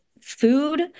food